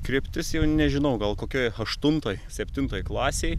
kryptis jau nežinau gal kokioj aštuntoj septintoj klasėj